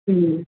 ಹ್ಞೂ